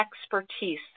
expertise